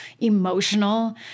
emotional